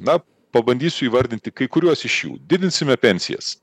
na pabandysiu įvardinti kai kuriuos iš jų didinsime pensijas